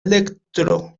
elektro